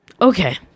Okay